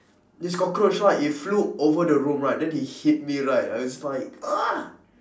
this cockroach right it flew over the room right then it hit me right then I was like ugh